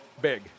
big